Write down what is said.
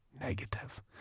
Negative